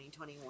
2021